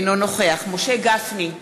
אינו נוכח משה גפני,